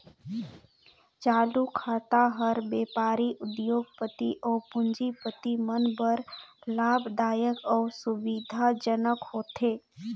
चालू खाता हर बेपारी, उद्योग, पति अउ पूंजीपति मन बर लाभदायक अउ सुबिधा जनक होथे